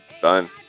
Done